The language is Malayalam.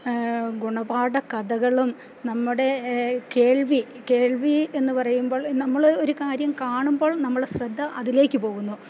ഗുണപാഠ കഥകളും നമ്മുടെ കേൾവി കേൾവിയെന്ന് പറയുമ്പോൾ നമ്മളൊരു കാര്യം കാണുമ്പോൾ നമ്മുടെ ശ്രദ്ധ അതിലേക്ക് പോകുന്നു